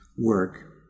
work